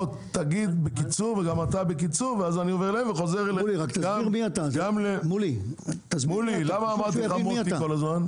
מולי, תסביר מי אתה, חשוב שהוא יבין מי אתה.